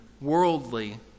worldly